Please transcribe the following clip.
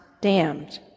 damned